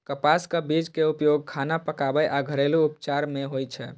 कपासक बीज के उपयोग खाना पकाबै आ घरेलू उपचार मे होइ छै